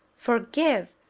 forgive!